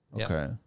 okay